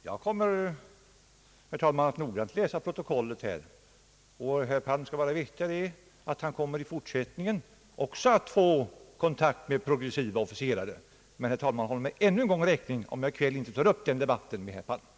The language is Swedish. Herr talman! Jag kommer att noggrant läsa protokollet. Herr Palm skall veta, att han även i fortsättningen kommer att få kontakt med progressiva officerare. Men, herr talman, håll mig ännu en gång räkning för om jag i kväll inte tar upp den debatten med herr Palm.